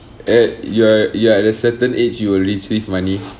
at you are you are at a certain age you will receive money